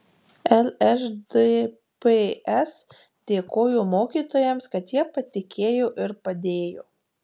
lšdps dėkojo mokytojams kad jie patikėjo ir padėjo